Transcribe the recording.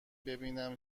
ببینم